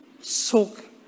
soak